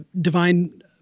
divine